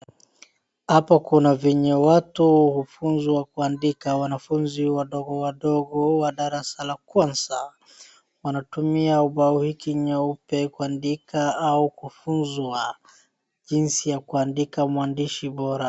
Hapo kuna vyenye watu hufunzwa kuandika. Wanafunzi wadogowadogo wa darasa la kwanza, wanatumia ubao hiki nyeupe kuandika au kufunzwa jinsi ya kuandika mwandishi bora.